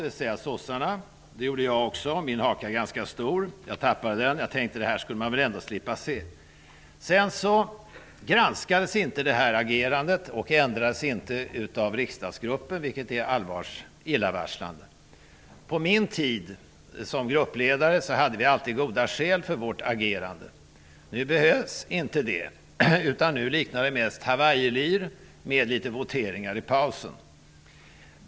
Också jag gjorde det, trots att min haka är ganska stor, men jag tänkte att vi väl ändå skulle slippa att se detta. Sedan granskades och ändrades inte detta agerande av riksdagsgruppen, vilket är illavarslande. På min tid som gruppledare hade vi alltid goda skäl för vårt agerande. Nu behövs inte det, utan det liknar mest ett ''hawaii-lir'', med voteringar i pausen.